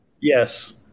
Yes